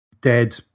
dead